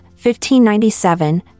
1597